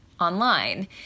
online